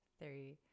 three